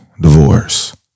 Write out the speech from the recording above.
divorce